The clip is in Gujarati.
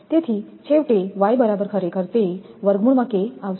તેથી છેવટે બરાબર ખરેખર આવશે